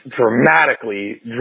dramatically